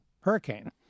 hurricane